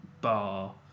bar